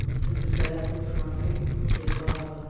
since it bears them from a faith they love,